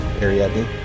Ariadne